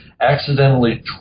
accidentally